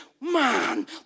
man